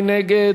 מי נגד?